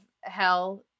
hell